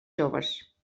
joves